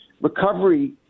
Recovery